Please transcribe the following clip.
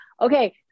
okay